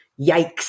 Yikes